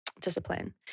Discipline